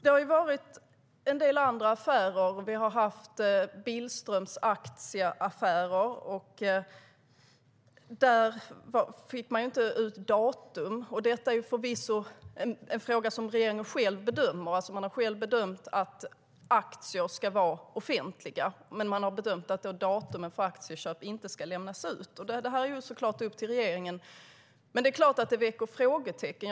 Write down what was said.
Det har varit en del andra affärer - vi har haft Billströms aktieaffärer, där inte datum lämnades ut. Detta är förvisso en fråga där regeringen själv har bedömt att aktier ska vara offentliga, men man har bedömt att datum för aktieköp inte ska lämnas ut. Det är såklart upp till regeringen, men det är klart att det väcker frågetecken.